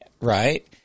right